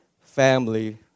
family